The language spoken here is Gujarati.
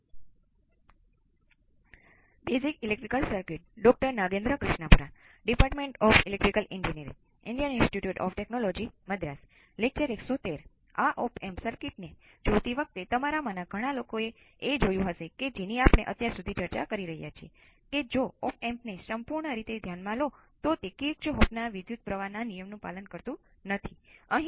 ચાલો હવે મને મૂળ સર્કિટ ની દ્રષ્ટિએ પરત આવે છે